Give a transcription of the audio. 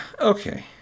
okay